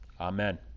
Amen